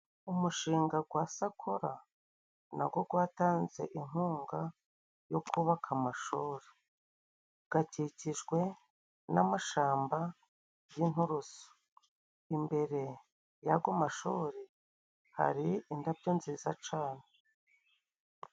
Umushinga kwa Sakora na go gwatanze inkunga yo kubaka amashuri. Gakikijwe n'amashamba y'inturusu imbere y'ago mashuri hari indabyo nziza cane.